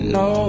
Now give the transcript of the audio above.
no